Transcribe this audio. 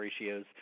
ratios